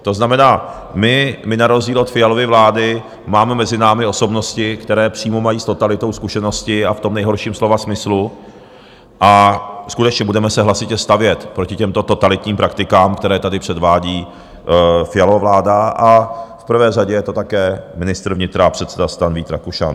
To znamená, my na rozdíl od Fialovy vlády máme mezi námi osobnosti, které přímo mají s totalitou zkušenosti v tom nejhorším slova smyslu, a skutečně budeme se hlasitě stavět proti těmto totalitním praktikám, které tady předvádí Fialova vláda a v prvé řadě je to také ministr vnitra a předseda STAN Vít Rakušan.